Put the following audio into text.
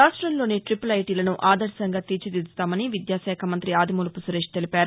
రాష్టంలోని టిపుల్ఐటీలను ఆదర్భంగా తీర్చిదిద్దుతామని విద్యాశాఖ మంతి ఆదిమూలపు సురేష్ తెలిపారు